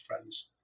friends